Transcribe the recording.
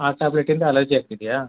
ಆ ಟ್ಯಾಬ್ಲೆಟಿಂದ ಅಲರ್ಜಿ ಆಗ್ತಿದೆಯಾ